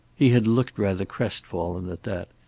he had looked rather crestfallen at that,